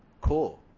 Cool